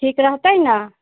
ठीक रहतै नऽ